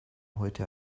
heute